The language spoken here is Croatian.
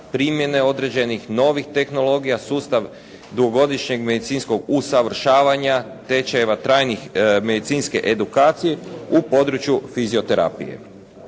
primjene određenih novih tehnologija, sustav dugogodišnjeg medicinskog usavršavanja, tečajeva trajne medicinske edukacije u području fizioterapije.